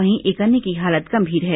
वहीं एक अन्य की हालत गंभीर है